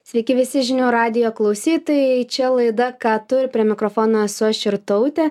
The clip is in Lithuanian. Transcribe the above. sveiki visi žinių radijo klausytojai čia laida ką tu ir prie mikrofono esu aš irtautė